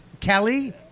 Kelly